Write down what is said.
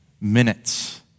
minutes